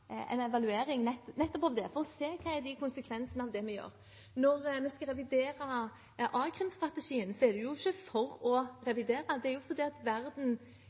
en evaluering nettopp av det for å se konsekvensene av det vi gjør. Når vi skal revidere a-krimstrategien, er det jo ikke for å revidere, det er fordi verden forandrer seg, verden